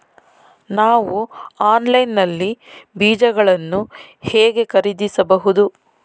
ನಾವು ಆನ್ಲೈನ್ ನಲ್ಲಿ ಬೀಜಗಳನ್ನು ಹೇಗೆ ಖರೀದಿಸಬಹುದು?